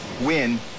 win